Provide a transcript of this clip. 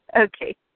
Okay